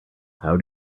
how